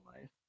life